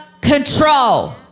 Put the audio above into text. control